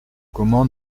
comment